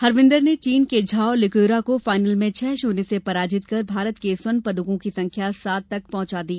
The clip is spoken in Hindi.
हरविंदर ने चीन के झाओ लिक्युरा को फाइनल में छह शन्य से पराजित कर भारत के स्वर्ण पदकों की संख्या सात तक पहुंचा दी